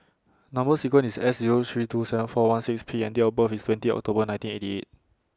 Number sequence IS S Zero three two seven four one six P and Date of birth IS twenty of October nineteen eighty eight